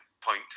point